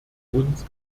uns